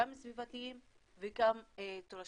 גם סביבתיים וגם תורשתיים.